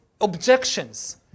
objections